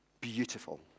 Beautiful